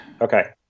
okay